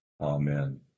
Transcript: Amen